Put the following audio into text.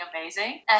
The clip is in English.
amazing